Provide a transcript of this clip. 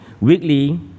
weekly